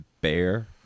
bear